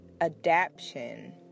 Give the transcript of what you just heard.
adaption